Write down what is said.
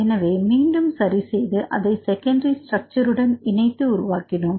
எனவே மீண்டும் சரி செய்து அதை செகண்டரி ஸ்ட்ரக்ச்சர்ருடன் இணைத்து உருவாக்கினோம்